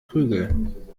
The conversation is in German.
prügel